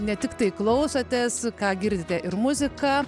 ne tiktai klausotės ką girdite ir muziką